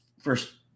first